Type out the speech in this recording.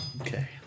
Okay